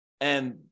And-